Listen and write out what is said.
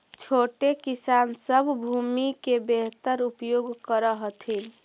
छोटे किसान सब भूमि के बेहतर उपयोग कर हथिन